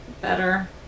Better